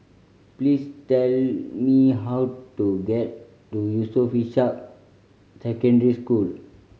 please tell me how to get to Yusof Ishak Secondary School